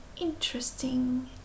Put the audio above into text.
interesting